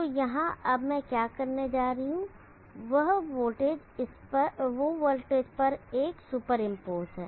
तो यहाँ अब मैं क्या करने जा रहा हूं वह वोल्टेज पर एक सुपरइम्पोज़ है